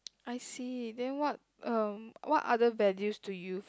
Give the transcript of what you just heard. I see then what um what other values do you